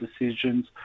decisions